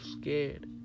scared